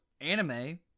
anime